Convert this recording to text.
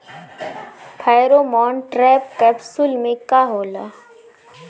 Pheromone trap capsule में का होला?